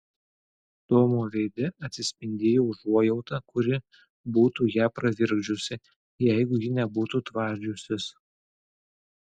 tomo veide atsispindėjo užuojauta kuri būtų ją pravirkdžiusi jeigu ji nebūtų tvardžiusis